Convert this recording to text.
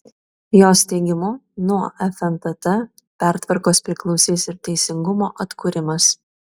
jos teigimu nuo fntt pertvarkos priklausys ir teisingumo atkūrimas